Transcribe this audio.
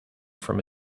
from